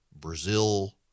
Brazil